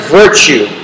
virtue